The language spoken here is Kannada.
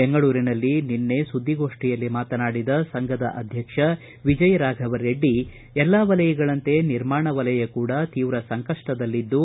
ಬೆಂಗಳೂರಿನಲ್ಲಿ ನಿನ್ನೆ ಸುದ್ದಿಗೋಷ್ಠಿಯಲ್ಲಿ ಮಾತನಾಡಿದ ಸಂಘದ ಅಧ್ಯಕ್ಷ ವಿಜಯ ರಾಫವ ರೆಡ್ಡಿ ಎಲ್ಲಾ ವಲಯಗಳಂತೆ ನಿರ್ಮಾಣ ವಲಯ ಕೂಡ ತೀವ್ರ ಸಂಕಪ್ಪದಲ್ಲಿದ್ದು